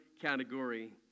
category